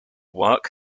work